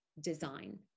design